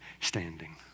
standing